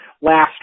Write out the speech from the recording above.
last